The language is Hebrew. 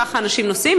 וככה אנשים נוסעים.